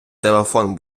телефон